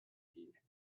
here